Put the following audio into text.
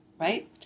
right